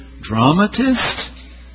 dramatist